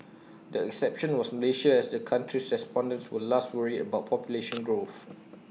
the exception was Malaysia as the country's respondents were least worried about population growth